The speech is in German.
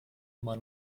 immer